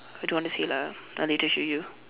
I don't want to say lah I later show you